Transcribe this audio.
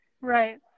Right